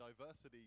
Diversity